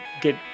get